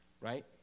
Right